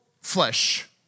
flesh